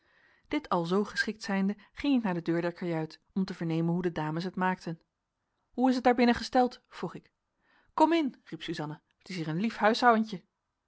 dit alzoo geschikt zijnde ging ik naar de deur der kajuit om te vernemen hoe de dames het maakten hoe is het daar binnen gesteld vroeg ik kom in riep suzanna t is hier een lief